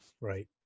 Right